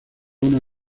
una